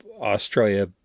australia